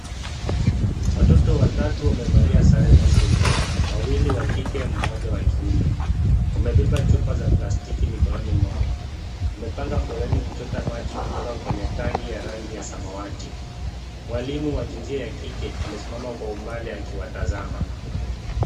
Watoto watatu wamevalia sare za shule, wawili wa kike mmoja wa kiume. Wamebeba chupa za plastiki mikononi mwao. Wamepanga foleni kuchota maji kutoka kwenye tank ya rangi ya samawati. Mwalimu wa jinsia ya kike amesimama kwa umbali akiwatazama.